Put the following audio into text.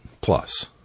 Plus